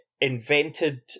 invented